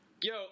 Yo